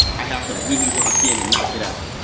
i have to really lock in and knock it out.